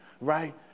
right